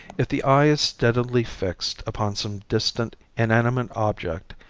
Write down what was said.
if the eye is steadily fixed upon some distant inanimate object,